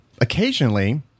Occasionally